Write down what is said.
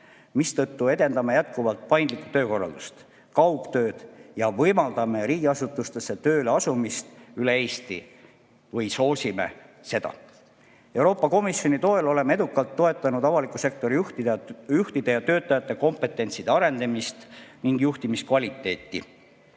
mistõttu edendame jätkuvalt paindlikku töökorraldust ja kaugtööd ning võimaldame riigiasutustesse tööle asumist üle Eesti või soosime seda. Euroopa Komisjoni toel oleme edukalt toetanud avaliku sektori juhtide ja töötajate kompetentsuse arendamist ning juhtimiskvaliteeti.